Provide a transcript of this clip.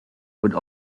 would